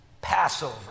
Passover